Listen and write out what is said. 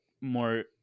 more